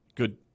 Good